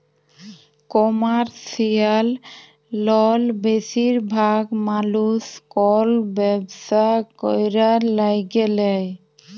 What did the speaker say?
commercial লল বেশিরভাগ মালুস কল ব্যবসা ক্যরার ল্যাগে লেই